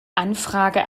anfrage